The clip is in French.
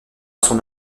son